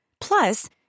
Plus